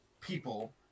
people